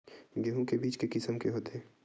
गेहूं के बीज के किसम के होथे?